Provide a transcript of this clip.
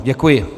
Děkuji.